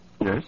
Yes